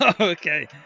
okay